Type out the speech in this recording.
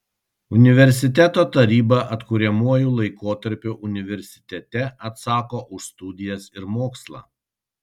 universiteto taryba atkuriamuoju laikotarpiu universitete atsako už studijas ir mokslą